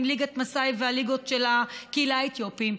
ליגת מסאי והליגות של הקהילה האתיופית.